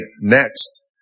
Next